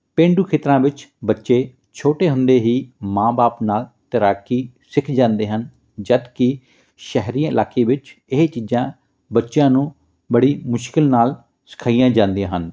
ਪੇਂਡੂ ਖੇਤਰਾਂ ਵਿੱਚ ਬੱਚੇ ਛੋਟੇ ਹੁੰਦੇ ਹੀ ਮਾਂ ਬਾਪ ਨਾਲ ਤੈਰਾਕੀ ਸਿੱਖ ਜਾਂਦੇ ਹਨ ਜਦੋਂ ਕਿ ਸ਼ਹਿਰੀ ਇਲਾਕੇ ਵਿੱਚ ਇਹ ਚੀਜ਼ਾਂ ਬੱਚਿਆਂ ਨੂੰ ਬੜੀ ਮੁਸ਼ਕਿਲ ਨਾਲ ਸਿਖਾਈਆਂ ਜਾਂਦੀਆਂ ਹਨ